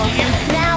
Now